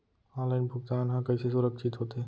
Online भुगतान हा कइसे सुरक्षित होथे?